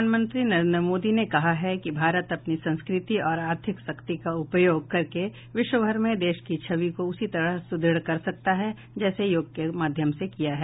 प्रधानमंत्री नरेन्द्र मोदी ने कहा है कि भारत अपनी सांस्कृतिक और आर्थिक शक्ति का उपयोग करके विश्वभर में देश की छवि को उसी तरह सुदृढ कर सकता है जैसे योग के माध्यम से किया है